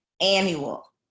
annual